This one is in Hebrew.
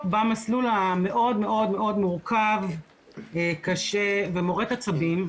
במסלול המאוד מאוד מורכב קשה ומורט עצבים,